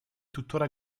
tuttora